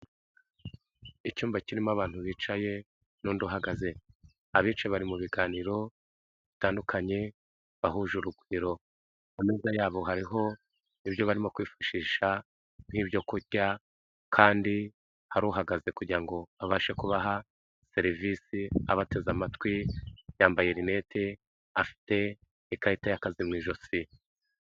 Icyumba kirimo abantu bicaye n'undi uhahagaze. Abice bari mu biganiro bitandukanye, bahuje urugwiro. ku meza yabo hariho ibyo barimo kwifashisha, nk'ibyo kurya kandi hari uhagaze kugira ngo abashe kubaha serivisi, abateze amatwi, yambaye rinete, afite ikarita y'akazi mu ijosi.